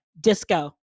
disco